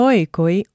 Oikoi